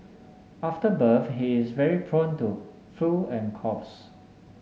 after birth he is very prone to flu and coughs